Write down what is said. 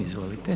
Izvolite.